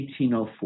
1804